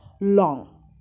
long